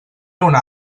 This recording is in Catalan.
una